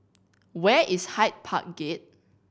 where is Hyde Park Gate